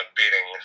beating